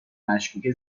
مشکوکه